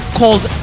called